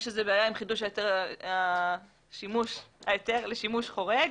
יש בעיה עם חידוש ההיתר לשימוש חורג,